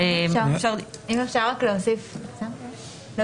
לא חייב להיות קשור אליי.